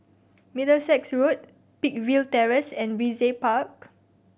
Middlesex Road Peakville Terrace and Brizay Park